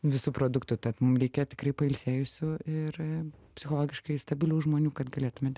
visų produktų tad mum reikia tikrai pailsėjusių ir psichologiškai stabilių žmonių kad galėtumėme